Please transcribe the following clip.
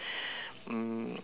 um